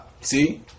See